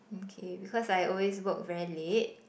okay because I always work very late